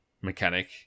mechanic